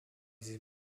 sie